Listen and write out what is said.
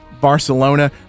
Barcelona